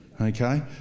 Okay